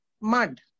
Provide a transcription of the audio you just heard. mud